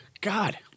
God